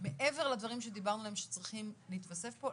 מעבר לדברים שדיברנו עליהם שצריכים להתווסף פה,